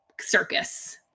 circus